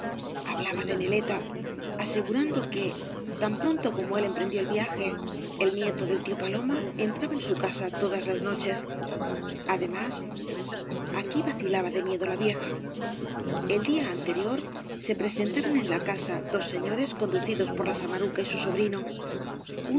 hablaba de neleta asegurando que tan pronto como él emprendió el viaja el nieto del tío paloma entraba en su casa todas las noches además aquí vacilaba de miedo la vieja el día anterior se presentaron en la casa dos seño res conducidos por la samaruca y su sobrino